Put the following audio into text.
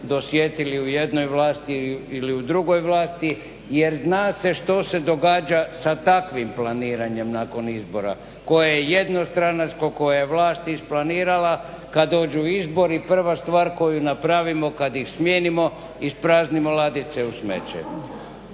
dosjetili u jednoj vlasti ili u drugoj vlasti jer zna se što se događa sa takvim planiranjem nakon izbora koje je jednostranačko, koje je vlast isplanirala. Kad dođu izbori prva stvar koju napravimo kad ih smijenimo ispraznimo ladice u smeće